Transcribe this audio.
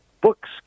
books